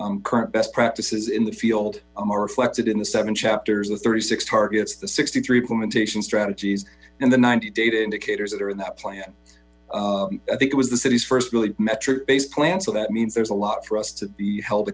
current best practices in the field are reflected in the seven chapters the thirty six targets the sixty three implementation strategies and the ninety data indicators that are in that plan i think it was the city's first really metric based plan so that means there's a lot for us to be held